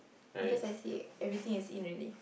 because I see everything is in already